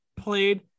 played